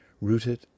rooted